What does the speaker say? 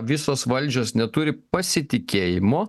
visos valdžios neturi pasitikėjimo